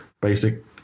basic